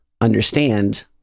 understand